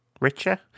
Richer